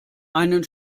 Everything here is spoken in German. einen